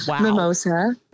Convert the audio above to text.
mimosa